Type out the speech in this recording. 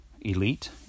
elite